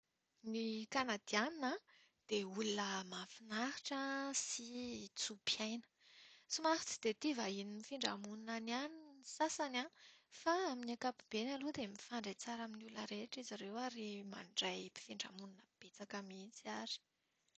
Ny Kanadiana dia olona mahafinaritra sy tso-piaina. Somary tsy dia tia vahiny mifindra monina any ihany ny sasany fa amin'ny ankapobeny aloha dia mifandray tsara amin'ny olona rehetra izy ireo ary mandray mpifindra monina betsaka mihitsy ary.